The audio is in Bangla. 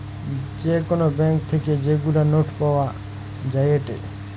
যে কোন ব্যাঙ্ক থেকে যেগুলা নোট পাওয়া যায়েটে